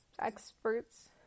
experts